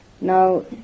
Now